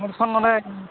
ᱮᱱᱠᱷᱟᱱ ᱱᱚᱰᱮᱧ